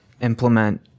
implement